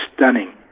stunning